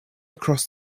across